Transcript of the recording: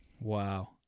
Wow